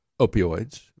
opioids